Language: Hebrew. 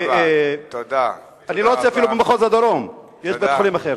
אני לא רוצה אפילו במחוז הדרום, יש בית-חולים אחר.